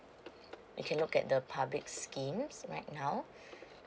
you can look at the public scheme right now